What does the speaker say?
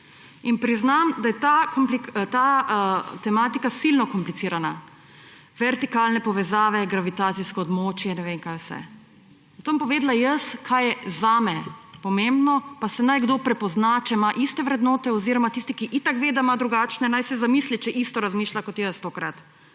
In priznam, da je ta tematika silno komplicirana. Vertikalne povezave, gravitacijsko območje, ne vem kaj vse. Zato bom povedala jaz, kaj je zame pomembno, pa se naj kdo prepozna, če ima iste vrednote oziroma tisti, ki itak ve, da ima drugačne, naj se zamisli če isto razmišlja kot jaz tokrat.